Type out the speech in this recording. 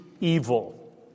evil